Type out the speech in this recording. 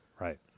Right